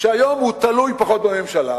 שהיום תלוי פחות בממשלה,